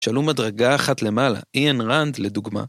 שעלו הדרגה אחת למעלה, איאן רנד לדוגמה.